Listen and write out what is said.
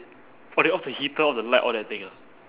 oh they off the heater off the light all that thing ah